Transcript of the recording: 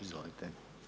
Izvolite.